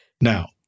now